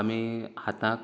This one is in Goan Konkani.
आमी हाताक